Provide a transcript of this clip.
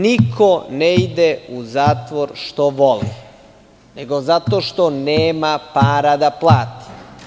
Niko ne ide u zatvor što voli, nego zato što nema para da plati.